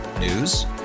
News